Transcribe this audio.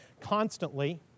constantly